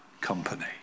company